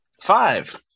five